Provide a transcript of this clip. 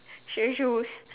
she already choose